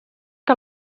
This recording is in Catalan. que